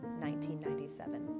1997